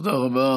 תודה רבה.